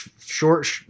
short